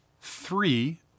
three